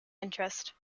interest